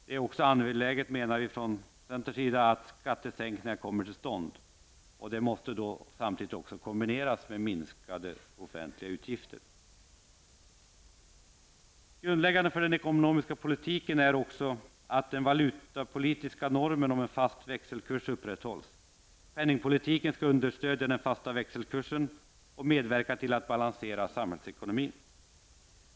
Vi i centern anser också att det är angeläget att skattesänkningar kommer till stånd, men de måste kombineras med minskade offentliga utgifter. Grundläggande för den ekonomiska politiken är också att den valutapolitiska normen om en fast växelkurs upprätthålls. Penningpolitiken skall understödja den fasta växelkursen och medverka till att balansera samhällsekonomin.